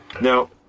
Now